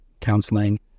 counseling